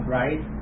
right